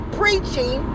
preaching